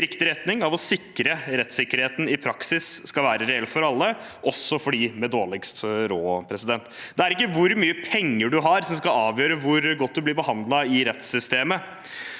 steg i retning av å sikre at rettssikkerheten i praksis skal være reell for alle, også for dem med dårligst råd. Det er ikke hvor mye penger du har, som skal avgjøre hvor godt du blir behandlet i rettssystemet.